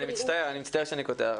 אני מצטער שאני קוטע.